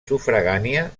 sufragània